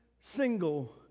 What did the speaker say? single